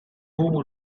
hubo